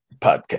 podcast